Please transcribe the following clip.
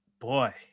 boy